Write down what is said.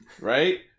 Right